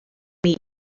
meet